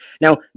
Now